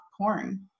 porn